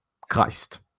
Christ